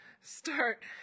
start